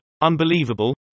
Unbelievable